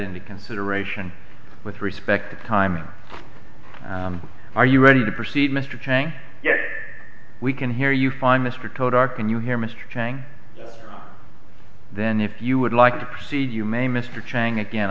into consideration with respect to time are you ready to proceed mr chang yes we can hear you fine mr toad are can you hear mr chang then if you would like to proceed you may mr chang again